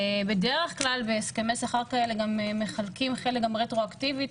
בדרך כלל בהסכמי שכר כאלה מחלקים חלק גם רטרואקטיבית